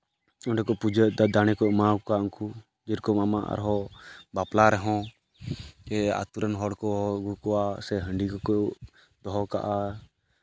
ᱚᱸᱰᱮ ᱠᱚ ᱯᱩᱡᱟᱹᱭᱮᱫᱟ ᱫᱟᱲᱮ ᱠᱚ ᱮᱢᱟᱣ ᱠᱚᱣᱟ ᱩᱱᱠᱩ ᱡᱮᱨᱚᱠᱚᱢ ᱟᱢᱟᱜ ᱟᱨᱦᱚᱸ ᱵᱟᱯᱞᱟ ᱨᱮᱦᱚᱸ ᱜᱮ ᱟᱛᱳ ᱨᱮᱱ ᱦᱚᱲ ᱠᱚ ᱟᱹᱜᱩ ᱠᱚᱣᱟ ᱥᱮ ᱦᱟᱺᱰᱤ ᱠᱚᱠᱚ ᱫᱚᱦᱚ ᱠᱟᱜᱼᱟ